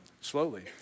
slowly